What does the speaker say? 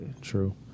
True